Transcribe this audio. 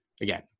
again